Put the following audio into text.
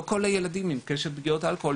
לא כל הילד עם קשת פגיעות האלכוהול,